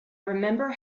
remember